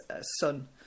son